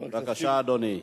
בבקשה, אדוני,